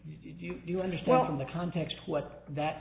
if you understand in the context what that